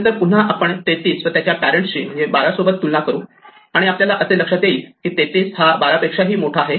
नंतर पुन्हा आपण 33 व त्याच्या पॅरेण्ट ची म्हणजेच 12 सोबत तुलना करू आणि आपल्याला असे लक्षात येईल की 33 हा 12 पेक्षाही मोठा आहे